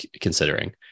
considering